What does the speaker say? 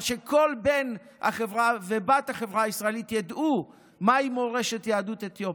אבל שכל בן החברה ובת החברה הישראלית ידעו מה היא מורשת יהדות אתיופיה.